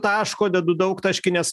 taško dedu daugtaškį nes